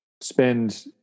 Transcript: spend